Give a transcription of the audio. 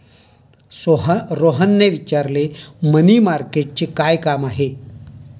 रोहनने विचारले, मनी मार्केटचे काय काम आहे?